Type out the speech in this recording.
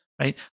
right